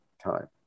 time